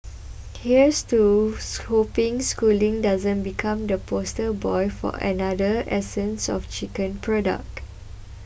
here's to hoping schooling doesn't become the poster boy for another 'essence of chicken' product